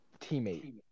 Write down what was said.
teammate